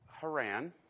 Haran